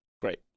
great